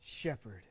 shepherd